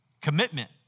commitment